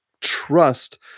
trust